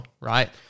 right